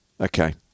Okay